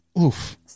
Oof